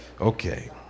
Okay